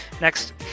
Next